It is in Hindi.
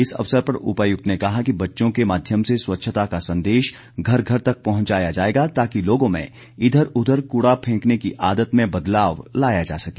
इस अवसर पर उपायुक्त ने कहा कि बच्चों के माध्यम से स्वच्छता का संदेश घर घर तक पहुंचाया जाएगा ताकि लोगों में इधर उधर कूड़ा फेंकने की आदत में बदलाव लाया जा सके